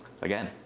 again